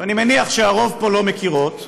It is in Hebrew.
ואני מניח שהרוב פה לא מכירות,